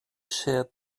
sheared